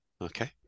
Okay